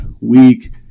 week